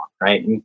Right